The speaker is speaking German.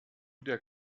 der